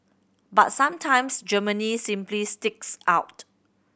but sometimes Germany simply sticks out